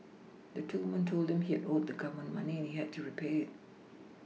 the two women told him he had owed the Government money and he had to repay it